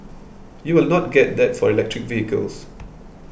you will not get that for electric vehicles